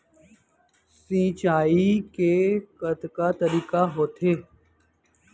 सिंचाई के कतका तरीक़ा होथे?